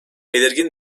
belirgin